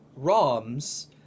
ROMs